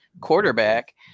quarterback